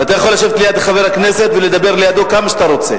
אתה יכול לשבת ליד חבר הכנסת ולדבר לידו כמה שאתה רוצה.